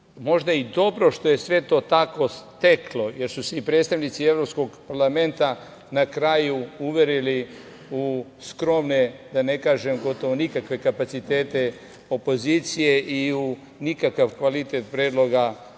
možda i dobro što je sve to tako teklo, jer su se i predstavnici Evropskog parlamenta na kraju uverili u skromne, da ne kažem, gotovo nikakve kapacitete opozicije i u nikakav kvalitet predloga